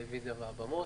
הטלוויזיה והבמות.